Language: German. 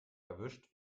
erwischt